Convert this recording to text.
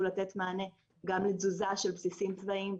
לתת מענה גם לתזוזה של בסיסים צבאיים,